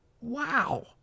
Wow